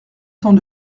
temps